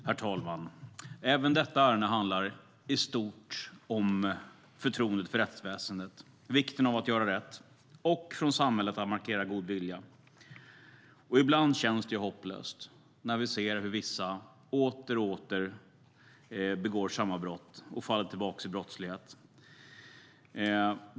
Herr talman! Även detta ärende handlar i stort om förtroendet för rättsväsendet och om vikten av att göra rätt och att från samhället markera god vilja. Ibland känns det hopplöst, när vi ser hur vissa åter och återigen begår samma brott och faller tillbaka i brottslighet.